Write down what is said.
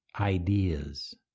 ideas